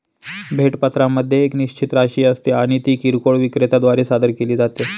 भेट पत्रामध्ये एक निश्चित राशी असते आणि ती किरकोळ विक्रेत्या द्वारे सादर केली जाते